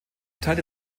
teilte